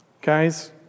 guys